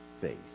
faith